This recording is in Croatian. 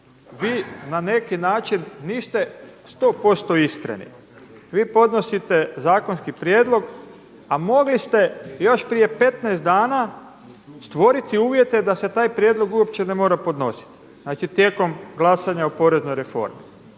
vi na neki način niste 100% iskreni. Vi podnosite zakonski prijedlog a mogli ste još prije 15 dana stvoriti uvjete da se taj prijedlog uopće ne mora podnositi znači tijekom glasanja o poreznoj reformi.